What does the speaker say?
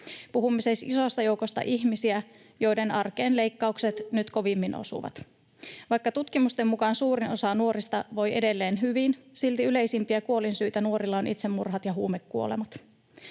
Puhumme siis isosta joukosta ihmisiä, joiden arkeen leikkaukset nyt kovimmin osuvat. Vaikka tutkimusten mukaan suurin osa nuorista voi edelleen hyvin, silti yleisimpiä kuolinsyitä nuorilla on itsemurhat ja huumekuolemat.